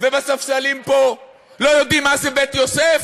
ובספסלים פה לא יודעים מה זה בית-יוסף?